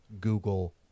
Google